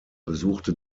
besuchte